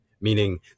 meaning